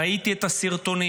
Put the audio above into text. ראיתי את הסרטונים,